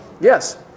Yes